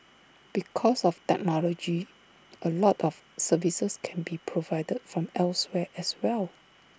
because of technology A lot of services can be provided from elsewhere as well